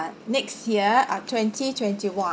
uh next year uh twenty twenty one